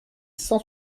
cent